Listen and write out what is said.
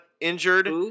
injured